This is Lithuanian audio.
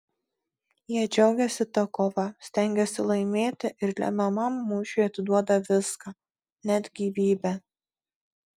jie džiaugiasi ta kova stengiasi laimėti ir lemiamam mūšiui atiduoda viską net gyvybę